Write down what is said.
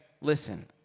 listen